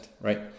right